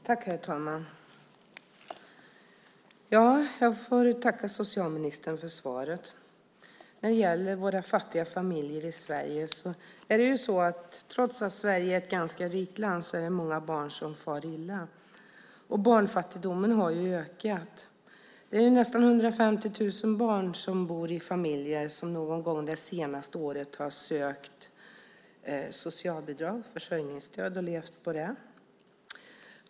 Herr talman! Jag får tacka socialministern för svaret. När det gäller våra fattiga familjer i Sverige är det så att många barn trots att Sverige är ett ganska rikt land far illa. Barnfattigdomen har ökat. Nästan 150 000 barn bor i familjer som någon gång under det senaste året har sökt socialbidrag, försörjningsstöd, och levt på det.